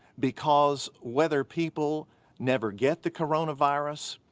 because whether people never get the coronavirus,